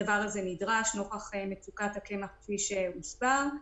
הדבר הזה נדרש נוכח מצוקת הקמח כפי שתואר.